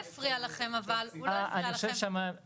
מהמחיר המלא של השירות; (ב)בעבור רכישת שירות בריאות